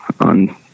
on